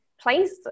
placed